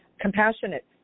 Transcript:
Compassionate